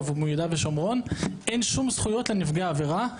והוא מיהודה ושומרון אין שום זכויות לנפגעי העבירה,